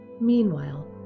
Meanwhile